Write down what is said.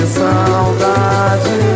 saudade